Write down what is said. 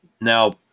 Now